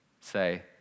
say